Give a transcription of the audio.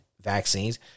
vaccines